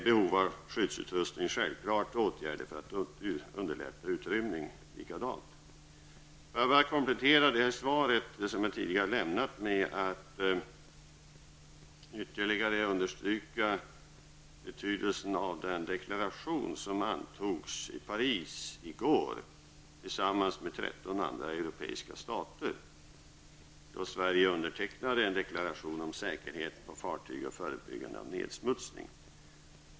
Behov av skyddsutrustning är en självklar punkt; åtgärder för att underlätta utrymning likadant. Låt mig bara komplettera det svar som jag tidigare har lämnat med att ytterligare understryka betydelsen av den deklaration som Sverige tillsammans med 13 andra europeiska stater antog i Paris i går. Sverige undertecknade då en deklaration om säkerheten på fartyg och förebyggande av nedsmutsning.